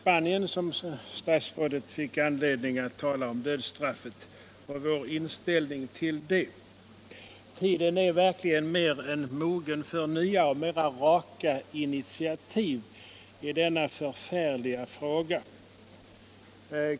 Vad som där sades fick alltså ett alldeles särskilt förtecken. Tiden är verkligen mer än mogen för nya och mera raka initiativ i denna förfärliga fråga.